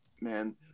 Man